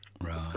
Right